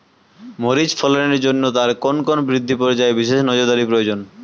মরিচ ফলনের জন্য তার কোন কোন বৃদ্ধি পর্যায়ে বিশেষ নজরদারি প্রয়োজন?